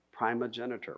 Primogenitor